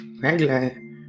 Regular